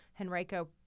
Henrico